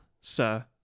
sir